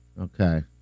Okay